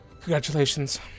congratulations